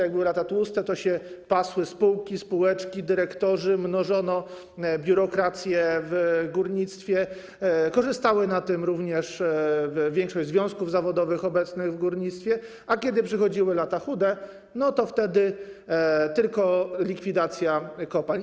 Jak były lata tłuste, to się pasły spółki, spółeczki, dyrektorzy, mnożono biurokrację w górnictwie, korzystała na tym również większość związków zawodowych obecnych w górnictwie, a kiedy przychodziły lata chude, to wtedy tylko likwidacja kopalń.